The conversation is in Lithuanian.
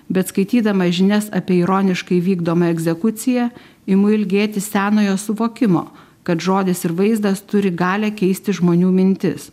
bet skaitydama žinias apie ironiškai vykdomą egzekuciją imu ilgėtis senojo suvokimo kad žodis ir vaizdas turi galią keisti žmonių mintis